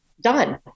done